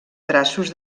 traços